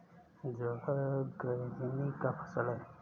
ज्वार ग्रैमीनी का फसल है